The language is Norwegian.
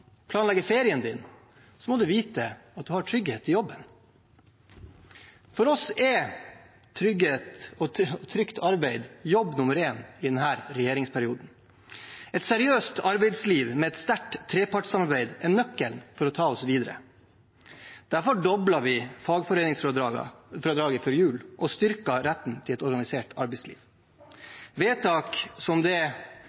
planlegge ferien, må man vite at man har trygghet i jobben. For oss er trygghet og trygt arbeid jobb nummer én i denne regjeringsperioden. Et seriøst arbeidsliv med et sterkt trepartssamarbeid er nøkkelen for å ta oss videre. Derfor doblet vi fagforeningsfradraget før jul og styrket retten til et organisert arbeidsliv.